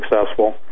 successful